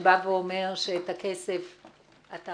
שבא ואומר שאת הכסף --- אני